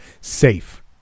safe